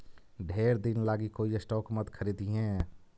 ढेर दिन लागी कोई स्टॉक मत खारीदिहें